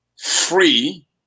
free